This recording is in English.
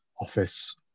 office